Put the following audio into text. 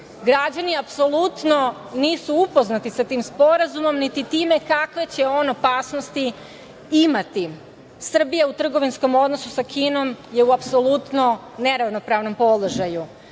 građani apsolutno nisu upoznati sa tim sporazumom niti time kakve će on opasnosti imati. Srbija u trgovinskom odnosu sa Kinom je apsolutno u neravnopravnom položaju. Imamo